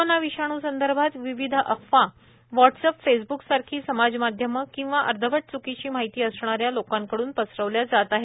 corona विषाणू संदर्भात विविध अफवा व्हॉट्स अप फेसब्क सारखी समाज माध्यमे किंवा अर्धवट च्कीची माहिती असणाऱ्या लोकांकडून पसरविल्या जात आहेत